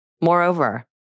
Moreover